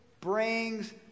brings